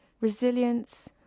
resilience